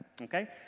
okay